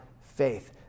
faith